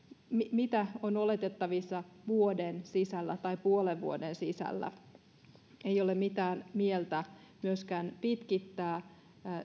mitä on oletettavissa vuoden sisällä tai puolen vuoden sisällä ei ole mitään mieltä myöskään pitkittää